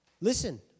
Listen